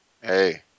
Hey